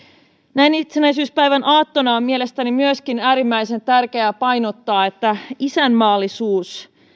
näin itsenäisyyspäivän aattona on mielestäni myöskin äärimmäisen tärkeää painottaa että isänmaallisuus